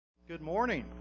good morning,